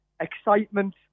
excitement